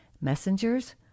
messengers